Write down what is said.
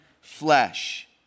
flesh